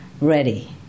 ready